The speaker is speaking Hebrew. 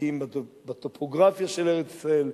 בקיאים בטופוגרפיה של ארץ-ישראל,